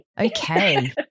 Okay